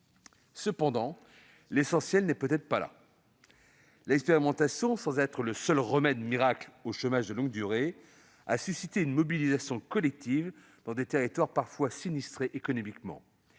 Cependant, l'essentiel n'est peut-être pas là. L'expérimentation, sans être le seul remède miracle au chômage de longue durée, a suscité une mobilisation collective dans des territoires parfois sinistrés économiquement